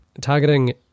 targeting